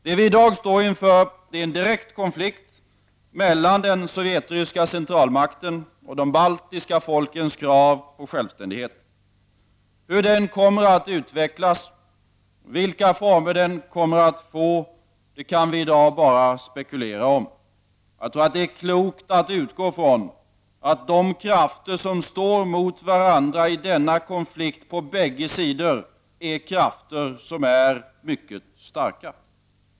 Det som vi i dag står inför är en direkt konflikt mellan den sovjetryska centralmakten och de baltiska folkens krav på självständighet. Hur den kommer att utvecklas och vilka former den kommer att få kan vi i dag bara spekulera om. Det är klokt att utgå från att de krafter som står mot varandra i denna konflikt är mycket starka på bägge sidor.